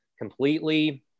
completely